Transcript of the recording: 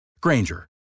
Granger